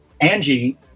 Angie